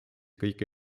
kõige